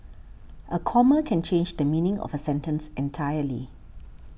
a comma can change the meaning of a sentence entirely